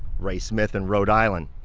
ray smith in rhode island.